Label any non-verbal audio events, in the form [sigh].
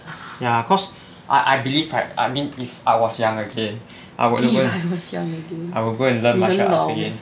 ya cause I I believe like I mean if I was young again [breath] I would go I would go and learn martial arts again